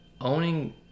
Owning